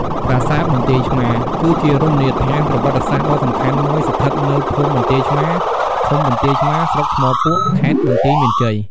ប្រាសាទបន្ទាយឆ្មារ គឺជារមណីយដ្ឋានប្រវត្តិសាស្ត្រដ៏សំខាន់មួយស្ថិតនៅភូមិបន្ទាយឆ្មារ ឃុំបន្ទាយឆ្មារ ស្រុកថ្មពួក ខេត្តបន្ទាយមានជ័យ។